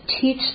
teach